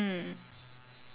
ya